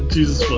Jesus